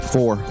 Four